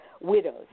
widows